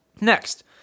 Next